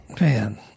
man